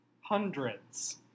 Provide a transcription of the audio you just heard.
Hundreds